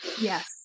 Yes